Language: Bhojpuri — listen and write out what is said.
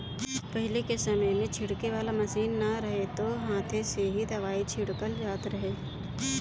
पहिले के समय में छिड़के वाला मशीन ना रहे त हाथे से ही दवाई छिड़कल जात रहे